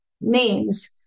names